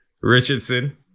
Richardson